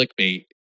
clickbait